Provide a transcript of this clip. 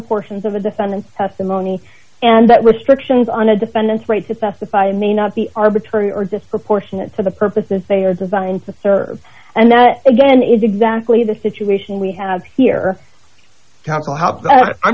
portions of a defendant's testimony and that restrictions on a defendant's right to specify may not be arbitrary or disproportionate to the purposes they are designed to serve and that again is exactly the situation we have here